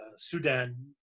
Sudan